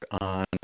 on